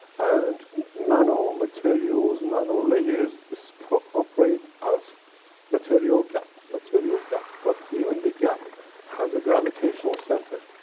and nano-materials, nano-layers, so operate as material, gap, material, gap. but even the gap has a gravitational centre.